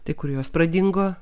tik kur jos pradingo